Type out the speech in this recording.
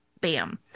Bam